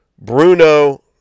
Bruno